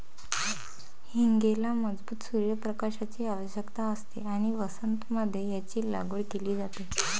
हींगेला मजबूत सूर्य प्रकाशाची आवश्यकता असते आणि वसंत मध्ये याची लागवड केली जाते